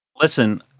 Listen